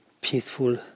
peaceful